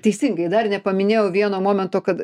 teisingai dar nepaminėjau vieno momento kad